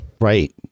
right